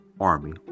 Army